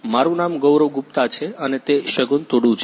મારું નામ ગૌરવ ગુપ્તા છે અને તે શગુન તુડુ છે